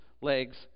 legs